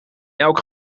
elk